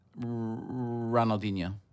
Ronaldinho